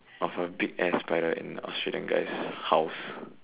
of a big ass spider in Australian guy's house